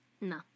no